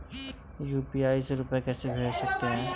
UPI से रुपया कैसे भेज सकते हैं?